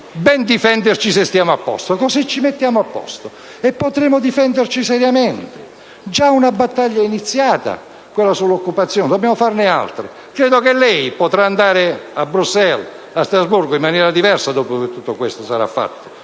ben difenderci ed essere a posto. Così ci mettiamo a posto e potremo difenderci seriamente. Già una battaglia è iniziata, quella sull'occupazione dobbiamo farne altre. Credo che lei potrà recarsi a Bruxelles, a Strasburgo, in maniera diversa dopo che tutto questo sarà fatto